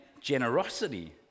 generosity